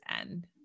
end